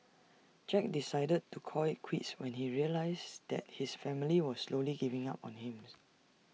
Jack decided to call IT quits when he realised that his family was slowly giving up on Him's